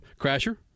Crasher